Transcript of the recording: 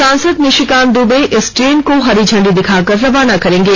सांसद निशिकांत दूबे इस ट्रेन को हरी झंडी दिखाकर रवाना करेंगे